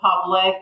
public